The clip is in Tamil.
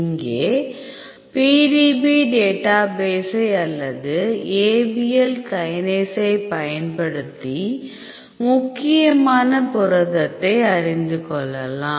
இங்கே PDB டேட்டா பேசை அல்லது Abl கைனேசை பயன்படுத்தி முக்கியமான புரதத்தை அறிந்து கொள்ளலாம்